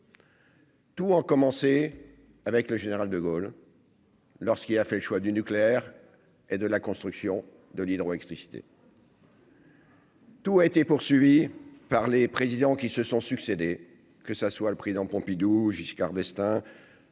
Tous ont commencé avec le général de Gaulle. Lorsqu'il a fait le choix du nucléaire et de la construction de l'hydroélectricité. Tout a été poursuivi par les présidents qui se sont succédé, que ça soit le président Pompidou, Giscard d'Estaing